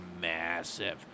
massive